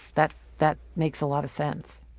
that that makes a lot of sense.